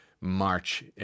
March